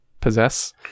possess